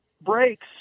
breaks